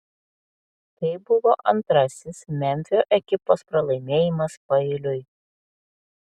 tai buvo antrasis memfio ekipos pralaimėjimas paeiliui